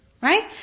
Right